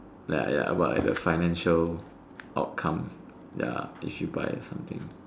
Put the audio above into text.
like ya like the financial outcome ya if you buy that something